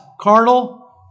carnal